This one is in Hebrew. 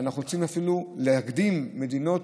ואנחנו רוצים אפילו להקדים מדינות